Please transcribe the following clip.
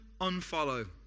unfollow